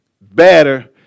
better